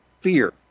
fear